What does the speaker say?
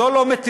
זו לא מתינות,